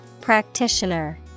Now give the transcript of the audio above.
Practitioner